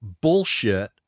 bullshit